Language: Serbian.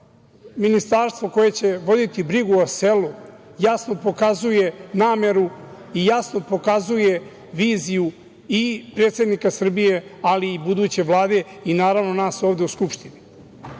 ministarstvo koje će voditi brigu o selu jasno pokazuje nameru i jasno pokazuje viziju i predsednika Srbije, ali i buduće Vlade i, naravno, nas ovde u Skupštini. Briga